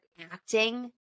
acting